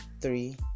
three